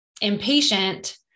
impatient